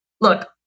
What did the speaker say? look